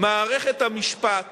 מערכת המשפט